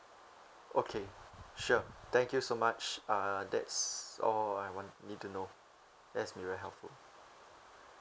okay sure thank you so much uh that's all I want need to know that's been very helpful